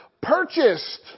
purchased